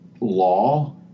law